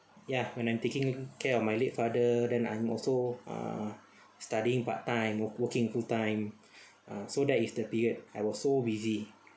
ya when I'm taking care of my late father then I'm also uh studying part time work working full time ah so that is the period I was so busy